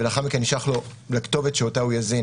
ולאחר מכן נשלח לכתובת שאותה הוא יזין.